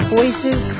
voices